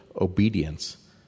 obedience